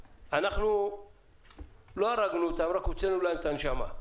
אז לא רק שהרגנו אותם אלא גם הוצאנו להם את הנשמה.